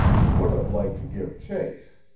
he would have liked to give chase.